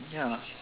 ya